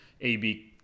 AB